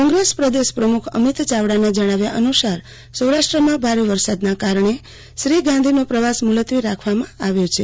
કોંગ્રેસ પ્રદેશ પ્રમુખ અમીત ચાવડાના જણાવ્યા અનુસાર સૌરાષ્ટ્રામાં ભારે વરસાદના કારણે શ્રી ગાંધીનો પ્રવાસ મુલતવી રાખવામાં આવ્યો છે